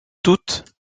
toutes